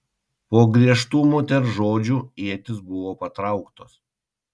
po griežtų moters žodžių ietys buvo patrauktos